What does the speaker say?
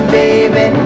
baby